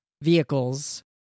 vehicles